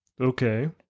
Okay